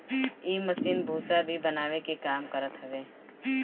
इ मशीन भूसा भी बनावे के काम करत हवे